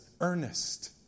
Earnest